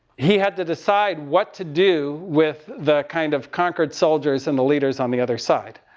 he had to decide what to do with the kind of conquered soldiers, and the leaders on the other side.